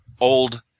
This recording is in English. old